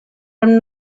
i’m